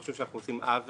אני חושב שאנחנו עושים עוול.